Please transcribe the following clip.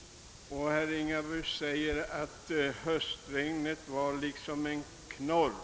Herr Ringaby sade att höstregnen liksom var en knorr.